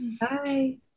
Bye